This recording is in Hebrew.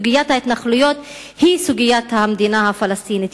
סוגיית ההתנחלויות היא סוגיית המדינה הפלסטינית.